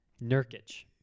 Nurkic